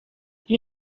you